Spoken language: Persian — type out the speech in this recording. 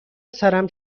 سرم